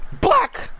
black